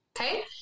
Okay